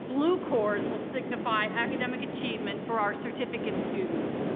blue cords will signify academic achievement for our certificate students.